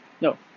no